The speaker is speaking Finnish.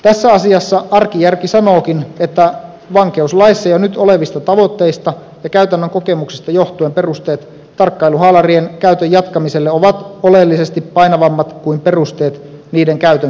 tässä asiassa arkijärki sanookin että vankeuslaissa jo nyt olevista tavoitteista ja käytännön kokemuksista johtuen perusteet tarkkailuhaalarien käytön jatkamiselle ovat oleellisesti painavammat kuin perusteet niiden käytön kieltämiselle